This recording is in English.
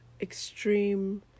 extreme